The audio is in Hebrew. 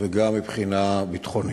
וגם מבחינה ביטחונית.